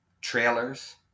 trailers